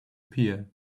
pier